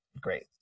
great